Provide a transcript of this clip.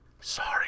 Sorry